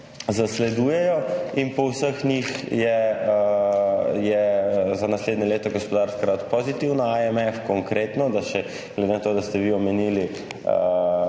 zasledujejo, in po vseh teh je za naslednje leto gospodarska rast pozitivna. IMF, konkretno - glede na to, da ste omenili